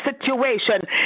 situation